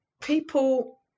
people